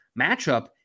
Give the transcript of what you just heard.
matchup